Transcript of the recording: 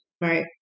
Right